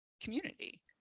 community